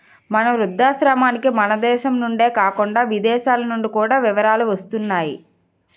మా వృద్ధాశ్రమానికి మనదేశం నుండే కాకుండా విదేశాలనుండి కూడా విరాళాలు వస్తున్నాయి